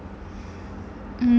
mm but then I think